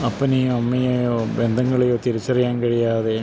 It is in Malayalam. അപ്പനെയോ അമ്മയെയോ ബന്ധങ്ങളെയോ തിരിച്ചറിയാൻ കഴിയാതെ